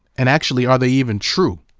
and actually are they even true?